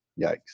Yikes